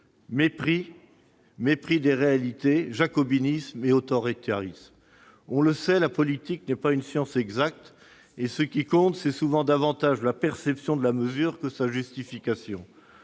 suffisance, mépris des réalités, jacobinisme et autoritarisme. On le sait, la politique n'est pas une science exacte et ce qui compte est souvent davantage la perception de la mesure que sa justification.